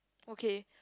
okay